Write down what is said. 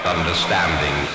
Understanding